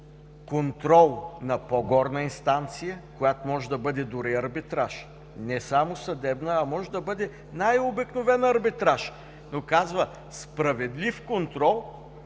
„контрол на по-горна инстанция“, която може да бъде дори и арбитраж, не само съдебна, а може да бъде най-обикновен арбитраж, но казва: „справедлив контрол